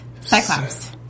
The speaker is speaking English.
Cyclops